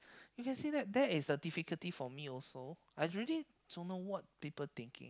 you can say that that is the difficulty for me also I really don't know what people thinking